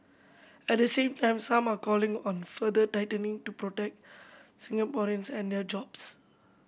at the same time some are calling on further tightening to protect Singaporeans and their jobs